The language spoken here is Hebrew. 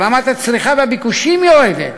ורמת הצריכה והביקושים יורדים.